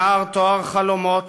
נער טהר-חלומות,